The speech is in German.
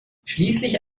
schließlich